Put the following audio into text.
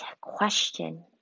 question